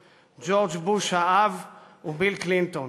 ג'ורג' בוש האב וביל קלינטון,